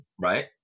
right